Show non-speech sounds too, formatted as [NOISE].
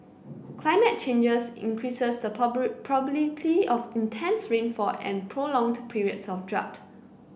climate changes increases the [UNINTELLIGIBLE] probability of both intense rainfall and prolonged periods of drought